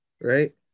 right